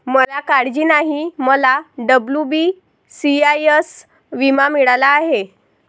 मला काळजी नाही, मला डब्ल्यू.बी.सी.आय.एस विमा मिळाला आहे